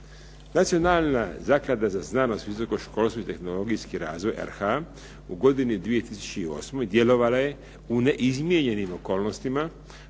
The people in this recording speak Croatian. Nacionalna zaklada za znanost, visoko školstvo i tehnologijski razvoj RH u godini 2008. djelovala je u neizmijenjenim okolnostima